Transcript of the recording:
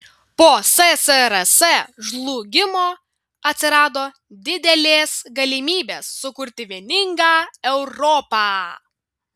po ssrs žlugimo atsirado didelės galimybės sukurti vieningą europą